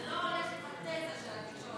זה לא הולך עם התזה של התקשורת.